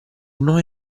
noi